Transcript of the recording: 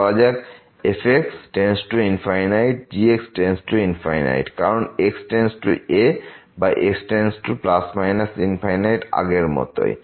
ধরা যাক fx→∞ এবং gx→∞ কারণ x→a বা x→±∞ আগের মতই